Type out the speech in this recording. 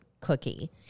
cookie